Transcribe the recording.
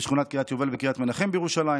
בשכונת קריית יובל וקריית מנחם בירושלים,